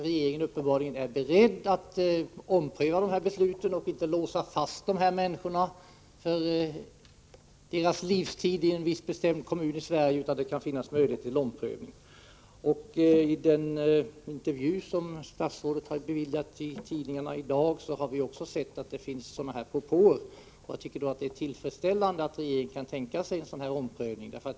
Regeringen är uppenbarligen beredd att ompröva besluten och inte låsa fast de här människorna på livstid i en viss bestämd kommun i Sverige; det kan tydligen finnas möjlighet till omprövning. I den intervju som statsrådet beviljade tidningarna i dag har vi också sett att det finns sådana här propåer. Jag tycker att det är tillfredsställande att regeringen kan tänka sig en omprövning.